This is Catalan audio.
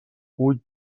ull